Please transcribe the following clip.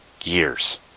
years